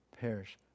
perish